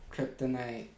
Kryptonite